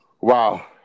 Wow